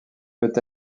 peut